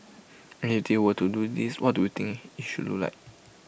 and if they were to do this what do you think IT should look like